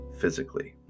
physically